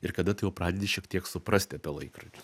ir kada tu jau pradedi šiek tiek suprasti apie laikrodžius